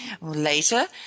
later